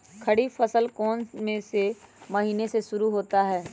खरीफ फसल कौन में से महीने से शुरू होता है?